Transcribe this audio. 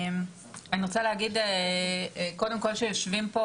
אני רוצה להגיד קודם כל שיושבים פה